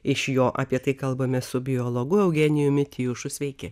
iš jo apie tai kalbame su biologu eugenijumi tijušu sveiki